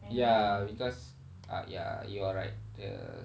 ya because ah ya you are right the